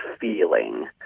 feeling